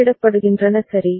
குறிப்பிடப்படுகின்றன சரி